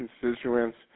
constituents